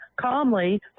calmly